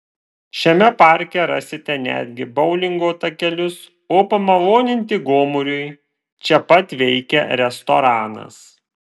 šiame parke rasite netgi boulingo takelius o pamaloninti gomuriui čia pat veikia restoranas